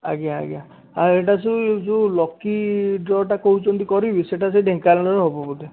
ଆଜ୍ଞା ଆଜ୍ଞା ଆଉ ଏଇଟା ଯେଉଁ ଲକି ଡ୍ରଟା କହୁଛନ୍ତି କରିବି ସେଇଟା ସେ ଢେଙ୍କାନାଲରେ ହେବ ବୋଧେ